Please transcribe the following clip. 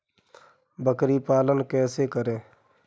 बकरी पालन कैसे करें?